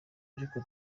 ariko